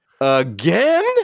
again